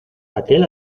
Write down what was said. aquel